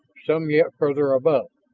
some yet farther above.